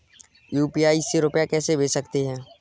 UPI से रुपया कैसे भेज सकते हैं?